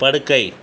படுக்கை